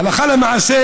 הלכה למעשה,